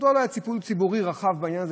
מדוע לא היה טיפול ציבורי רחב בעניין הזה,